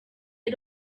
had